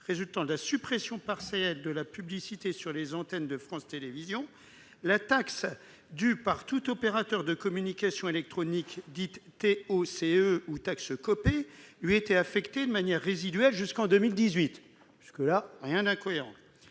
résultant de la suppression partielle de la publicité sur les antennes de France Télévisions, la taxe due par tout opérateur de communications électroniques, dite TOCE ou taxe Copé, lui était affectée de manière résiduelle jusqu'en 2018. Il n'y a rien d'incohérent